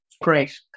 Great